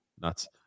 Nuts